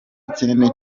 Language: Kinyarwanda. kinini